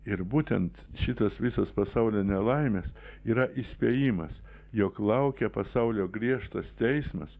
ir būtent šitas visas pasaulio nelaimes yra įspėjimas jog laukia pasaulio griežtas teismas